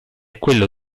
quello